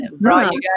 right